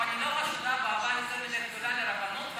אני לא חשודה באהבה יותר מדי גדולה לרבנות,